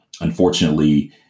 unfortunately